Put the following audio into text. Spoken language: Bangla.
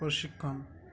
প্রশিক্ষণ